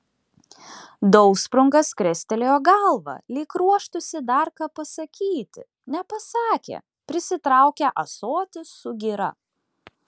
dausprungas krestelėjo galvą lyg ruoštųsi dar ką pasakyti nepasakė prisitraukė ąsotį su gira